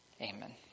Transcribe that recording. Amen